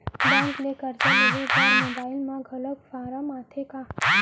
Bank ले करजा लेहे बर का मोबाइल म घलो फार्म आथे का?